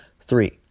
Three